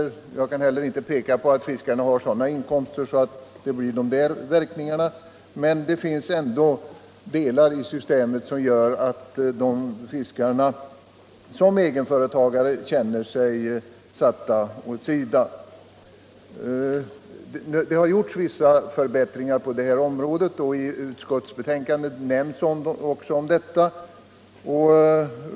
Jag kan heller inte peka på att fiskarna har så stora inkomster att det blir sådana verkningar som i Pomperipossafallet. Men det finns ändå faktorer i systemet som gör att fiskarna som egenföretagare känner sig satta åt sidan. Det har skett en del förbättringar på detta område, och i utskottsbetänkandet nämns också om detta.